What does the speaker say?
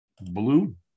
blue